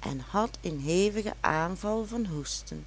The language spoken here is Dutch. en had een hevigen aanval van hoesten